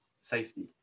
safety